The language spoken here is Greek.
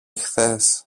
χθες